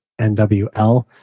NWL